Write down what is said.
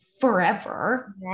forever